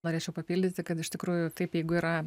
norėčiau papildyti kad iš tikrųjų taip jeigu yra